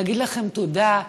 להגיד לכם תודה.